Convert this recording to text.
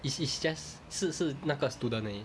it's it's just 是是那个 student 而已